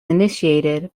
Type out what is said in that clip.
initiated